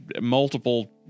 multiple